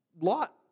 Lot